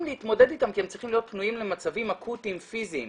להתמודד איתם כי הם צריכים להיות פנויים למצבים אקוטיים פיזיים,